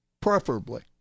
Preferably